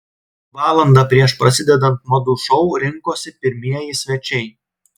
valandą prieš prasidedant madų šou rinkosi pirmieji svečiai